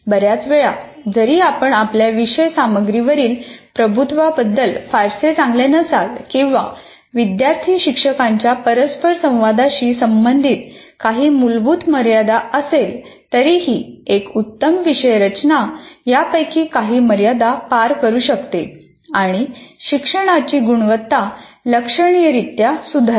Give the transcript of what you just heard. बर्याच वेळा जरी आपण आपल्या विषय सामग्रीवरील प्रभुत्वाबद्दल फारसे चांगले नसाल किंवा विद्यार्थी शिक्षकांच्या परस्परसंवादाशी संबंधित काही मूलभूत मर्यादा असेल तरीही एक उत्तम विषय रचना यापैकी काही मर्यादा पार करू शकते आणि शिक्षणाची गुणवत्ता लक्षणीयरीत्या सुधारेल